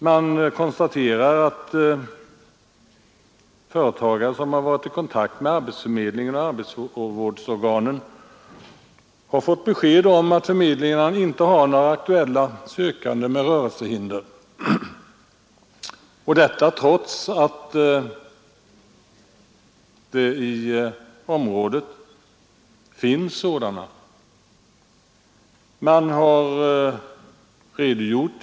Man konstaterar att företagare som har varit i kontakt med arbetsförmedlingar och arbetsvårdsorgan har fått besked om att förmedlingarna inte har några aktuella sökande med rörelsehinder — och detta trots att det i området finns sådana.